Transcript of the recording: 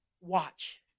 Watch